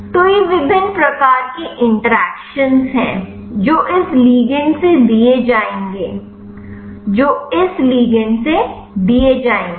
तो ये विभिन्न प्रकार के इंटरैक्शन हैं जो इस लिगंड से दिए जाएंगे जो इस लिगंड से दिए जाएंगे